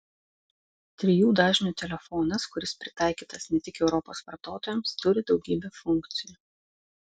trijų dažnių telefonas kuris pritaikytas ne tik europos vartotojams turi daugybę funkcijų